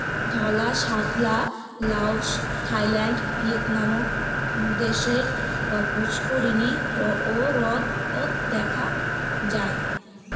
ধওলা শাপলা Laos, Thailand, Vietnam দ্যাশের পুস্কুরিনী ও হ্রদত দ্যাখাং যাই